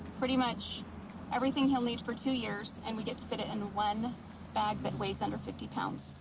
pretty much everything he'll need for two years. and we get to fit it in one bag that weighs under fifty pounds.